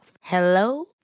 Hello